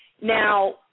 Now